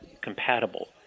compatible